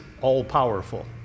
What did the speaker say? all-powerful